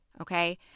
Okay